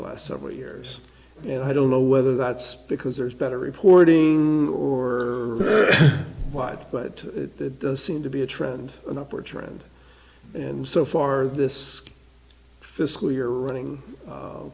the last several years and i don't know whether that's because there's better reporting or what but the does seem to be a trend upward trend and so far this fiscally or running